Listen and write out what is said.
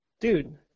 Dude